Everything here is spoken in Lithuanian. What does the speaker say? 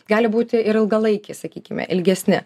gali būti ir ilgalaikiai sakykime ilgesni